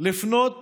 לפנות